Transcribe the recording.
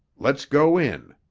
let's go in,